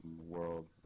World